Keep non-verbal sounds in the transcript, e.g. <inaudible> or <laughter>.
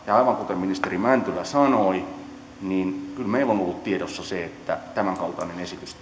ja aivan kuten ministeri mäntylä sanoi kyllä meillä on ollut tiedossa se että tämän kaltainen esitys <unintelligible>